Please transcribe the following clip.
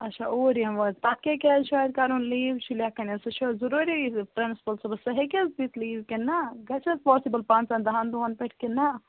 اَچھا اوٗرۍ یِمو حظ پَتہٕ کیٛاہ کیٛاہ حظ چھُ اَتہِ کَرُن لیٖو چھِ لیٚکٕھنۍ سُہ چھِ حظ ضروٗری پرنٛسپُل صٲبَس سُہ ہٮ۪کہِ حظ دِتھ لیٖو کِنہٕ نا گَژھِ حظ پاسِبُل پانٛژَن دَہَن دۄہَن پٮ۪ٹھ کِنہٕ نہَ